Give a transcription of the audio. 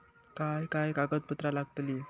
काय काय कागदपत्रा लागतील?